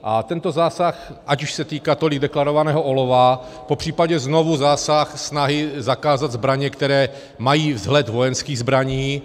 A tento zásah, ať už se týká tolik deklarovaného olova, popřípadě znovu zásah snahy zakázat zbraně, které mají vzhled vojenských zbraní.